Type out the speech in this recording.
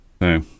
No